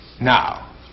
Now